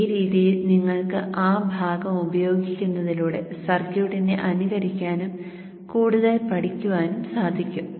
ഈ രീതിയിൽ നിങ്ങൾക്ക് ആ ഭാഗം ഉപയോഗിക്കുന്നതിലൂടെ സർക്യൂട്ടിനെ അനുകരിക്കാനും കൂടുതൽ പഠിക്കാനും കഴിയും